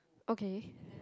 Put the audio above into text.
okay